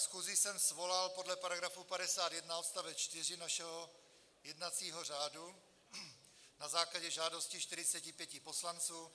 Schůzi jsem svolal podle § 51 odst. 4 našeho jednacího řádu na základě žádosti 45 poslanců.